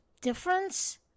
difference